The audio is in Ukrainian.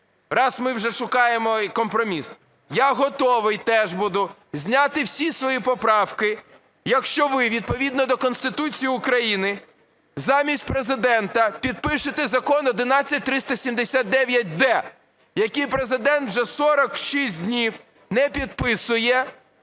раз ми вже шукаємо компроміс, я готовий теж буду зняти всі свої поправки, якщо ви відповідно до Конституції України замість Президента підпишете Закон 11379-д, який Президент вже 46 днів не підписує,